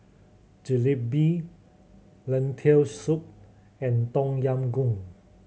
Jalebi Lentil Soup and Tom Yam Goong